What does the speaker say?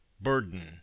Burden